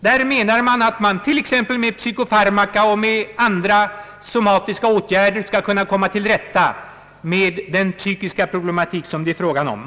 Man menar att man t.ex. med psykofarmaka och andra somatiska åtgärder skall kunna komma till rätta med den psykiska problematik som det är fråga om.